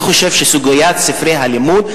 אני חושב שסוגיית ספרי הלימוד,